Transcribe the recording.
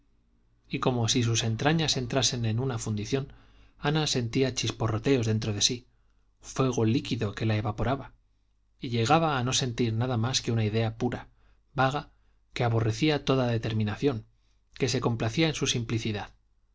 y como si sus entrañas entrasen en una fundición ana sentía chisporroteos dentro de sí fuego líquido que la evaporaba y llegaba a no sentir nada más que una idea pura vaga que aborrecía toda determinación que se complacía en su simplicidad